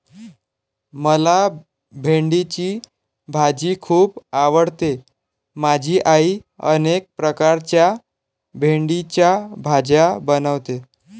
मला भेंडीची भाजी खूप आवडते माझी आई अनेक प्रकारच्या भेंडीच्या भाज्या बनवते